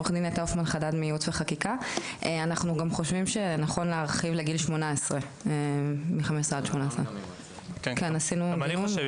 אנחנו חושבים שנכון להרחיב לגיל 18-15. גם אני חושב,